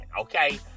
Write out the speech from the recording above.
okay